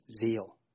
zeal